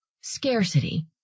Scarcity